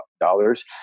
dollars